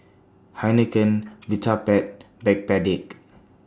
Heinekein Vitapet Backpedic